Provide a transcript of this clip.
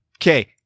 Okay